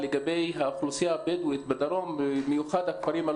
מדובר במרפאים באמנות, פיזיותרפיסטים.